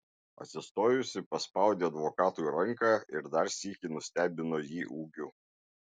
atsistojusi paspaudė advokatui ranką ir dar sykį nustebino jį ūgiu